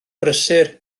brysur